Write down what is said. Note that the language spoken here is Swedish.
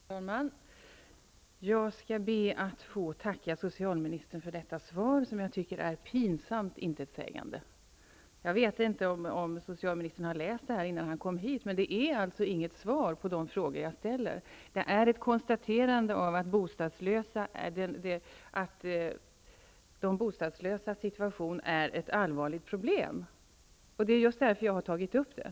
Fru talman! Jag skall be att få tacka socialministern för detta svar, som jag tycker är pinsamt intetsägande. Jag vet inte om socialministern har läst svaret innan han kom hit, men det är alltså inget svar på de frågor jag ställer. Det är ett konstaterande av att de bostadslösas situation är ett allvarligt problem. Det är ju just därför jag har tagit upp frågan.